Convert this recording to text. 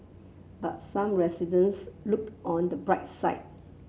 but some residents look on the bright side